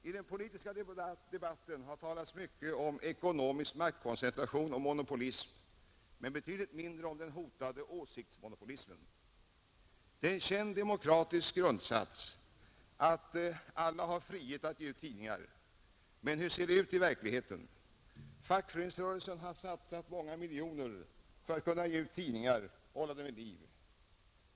I den politiska debatten har talats mycket om ekonomisk maktkoncentration och monopolism — men betydligt mindre om den hotande åsiktsmonopolismen. Det är en känd demokratisk grundsats att alla har frihet att ge ut tidningar. Men hur ser det ut i verkligheten? Fackföreningsrörelsen har satsat många miljoner för att kunna ge ut tidningar och hålla dem vid liv.